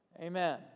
Amen